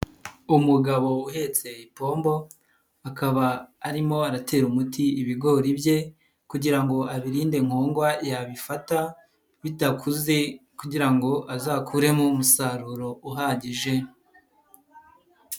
Umugabo uhetse ipombo akaba arimo aratera umuti ibigori bye kugira ngo abirinde nkwongwa yabifata bitakuze kugira ngo azakuremo umusaruro uhagije.